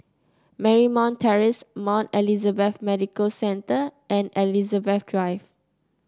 Marymount Terrace Mount Elizabeth Medical Centre and Elizabeth Drive